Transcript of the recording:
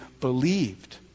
believed